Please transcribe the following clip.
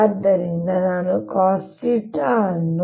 ಆದ್ದರಿಂದ ನಾನು cosθ ಅನ್ನು